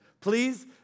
Please